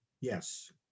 Yes